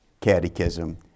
Catechism